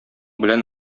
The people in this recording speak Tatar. белән